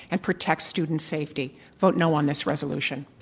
and protect students' safety. vote no on this resolution.